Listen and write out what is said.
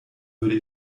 würde